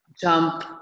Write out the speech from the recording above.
jump